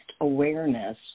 awareness